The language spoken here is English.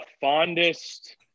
Fondest